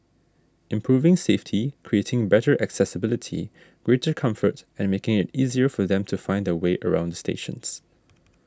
improving safety creating better accessibility greater comfort and making it easier for them to find their way around the stations